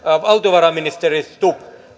valtiovarainministeri stubb